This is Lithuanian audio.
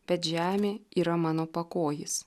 bet žemė yra mano pakojis